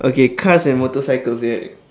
okay cars and motorcycles